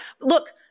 look –